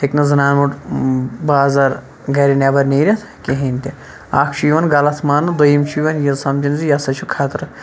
ہیٚکہِ نہٕ زَنان موڑ بازَر گَرِ نیٚبَر نیٖرِتھ کِہِنۍ تہِ اکھ چھُ یِوان غَلَط ماننہٕ دوٚیِم چھُ یِوان یہِ سَمجَن زِ یہِ ہسا چھُ خَطرٕ